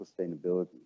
sustainability